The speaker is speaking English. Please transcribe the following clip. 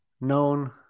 known